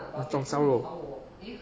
红烧肉